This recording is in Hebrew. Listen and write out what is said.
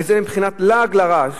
וזה בבחינת לעג לרש,